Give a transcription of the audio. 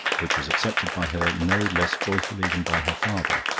which was accepted by her no less joyfully than by her father,